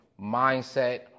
mindset